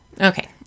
Okay